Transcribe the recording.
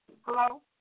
Hello